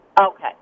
Okay